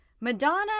Madonna